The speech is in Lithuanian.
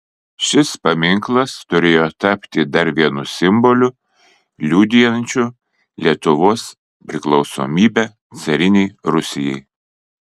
šis paminklas turėjo tapti dar vienu simboliu liudijančiu lietuvos priklausomybę carinei rusijai